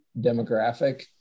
demographic